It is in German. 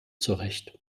zurecht